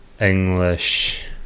English